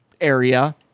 area